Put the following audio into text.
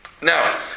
Now